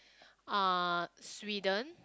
uh Sweden